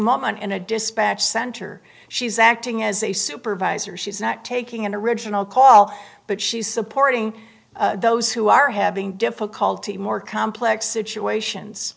moment in a dispatch center she's acting as a supervisor she's not taking into original call but she's supporting those who are having difficulty more complex situations